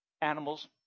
Animals